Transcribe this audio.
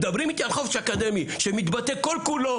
מדברים איתי על חופש אקדמי שמתבטא כל כולו